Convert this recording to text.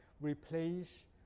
replace